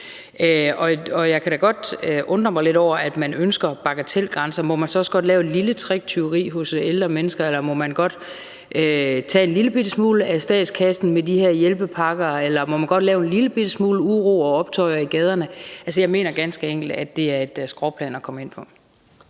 Derfor kan jeg godt undre mig lidt over, at man ønsker bagatelgrænser. Må man så også godt lave et lille tricktyveri hos ældre mennesker, eller må man godt tage en lillebitte smule af statskassen med de her hjælpepakker, eller må man godt lave en lillebitte smule uro og optøjer i gaderne? Altså, jeg mener ganske enkelt, at det er et skråplan at komme ud på.